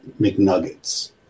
McNuggets